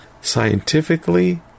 scientifically